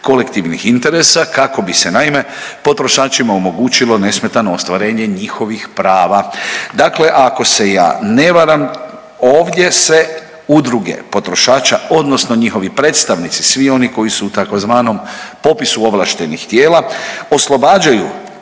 kolektivnih interesa kako bi se naime potrošačima omogućilo nesmetano ostvarenje njihovih prava. Dakle ako se ja ne varam ovdje se udruge potrošača odnosno njihovi predstavnici, svi oni koji su u tzv. popisu ovlaštenih tijela, oslobađaju